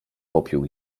popiół